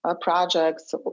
projects